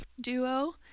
duo